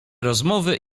rozmowy